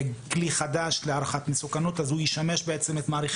כלי חדש להערכת מסוכנות אז הוא ישמש את מעריכי